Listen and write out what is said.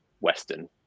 western